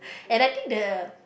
and I think the